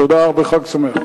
תודה וחג שמח.